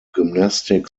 gymnastic